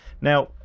Now